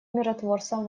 миротворцам